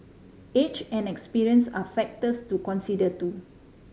age and experience are factors to consider too